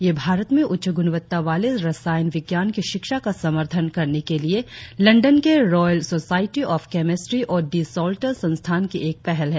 यह भारत में उच्च गुणवत्ता वाले रसायन विज्ञान की शिक्षा का समर्थन करने के लिए लंदन के रॉयल सोसायटी ऑफ केमिस्ट्री और दी सल्टर्स संस्थान की एक पहल है